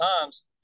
times